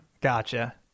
Gotcha